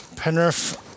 Penrith